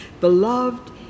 beloved